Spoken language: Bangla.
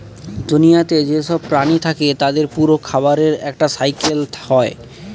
দুনিয়াতে যেসব প্রাণী থাকে তাদের পুরো খাবারের একটা সাইকেল হয়